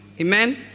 Amen